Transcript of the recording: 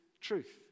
truth